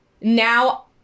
now